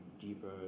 deeper